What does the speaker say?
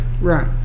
Right